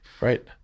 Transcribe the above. Right